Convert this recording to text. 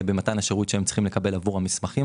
במתן השירות שהם צריכים לקבל עבור המסמכים